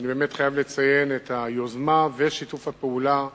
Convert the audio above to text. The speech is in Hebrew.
ואני באמת חייב לציין את היוזמה ושיתוף הפעולה